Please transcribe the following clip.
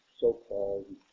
so-called